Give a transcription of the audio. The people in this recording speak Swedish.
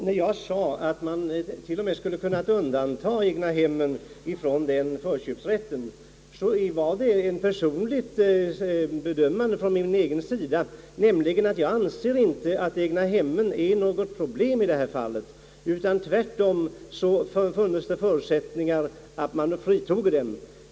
Herr talman! Mitt uttalande, att man skulle ha kunnat undanta egnahemmen från förköpsrätten, grundade sig på ett personligt bedömande av mig, att egnahemmen inte är något problem i det här fallet och att det därför funnes förutsättningar att frita dem.